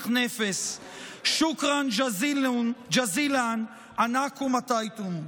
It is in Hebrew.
ח'נפיס (אומר בערבית: תודה רבה שבאתם).